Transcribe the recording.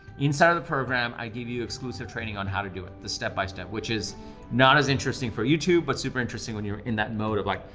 inside of the program i give you exclusive training on how to do it, the step-by-step. which is not as interesting for youtube, but super interesting when you're in that mode of like,